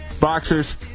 Boxers